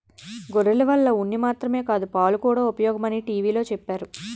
గొర్రెల వల్ల ఉన్ని మాత్రమే కాదు పాలుకూడా ఉపయోగమని టీ.వి లో చెప్పేరు